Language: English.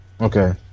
Okay